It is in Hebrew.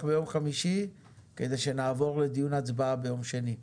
ביום חמישי כדי שנעבור לדיון הצבעה ביום שני.